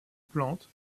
plantes